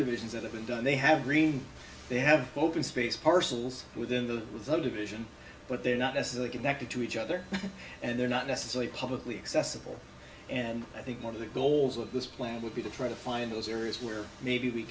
subdivisions that have been done they have green they have open space parcels within the with the division but they're not necessarily connected to each other and they're not necessarily publicly accessible and i think one of the goals of this plan would be to try to find those areas where maybe we